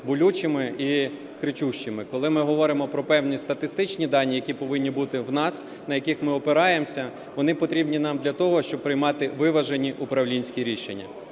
болючими і кричущими. Коли ми говоримо про певні статистичні дані, які повинні бути в нас, на які ми опираємося, вони потрібні нам для того, щоб приймати виважені управлінські рішення.